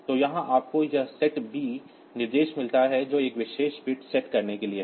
तो यहाँ आपको यह SETB निर्देश मिलता है जो एक विशेष बिट सेट करने के लिए है